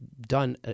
done